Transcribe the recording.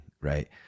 Right